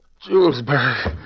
Julesburg